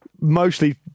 mostly